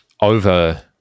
over-